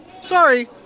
Sorry